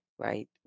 right